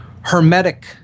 hermetic